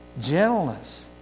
Gentleness